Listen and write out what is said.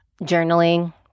journaling